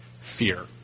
Fear